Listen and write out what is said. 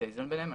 האיזון ביניהם.